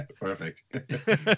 Perfect